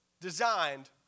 designed